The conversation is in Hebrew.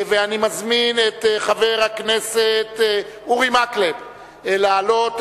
ואני מזמין את חבר הכנסת אורי מקלב להעלות